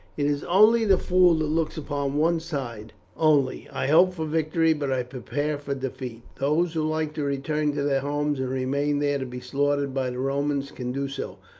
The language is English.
it is only the fool that looks upon one side only. i hope for victory, but i prepare for defeat those who like to return to their homes and remain there to be slaughtered by the romans, can do so.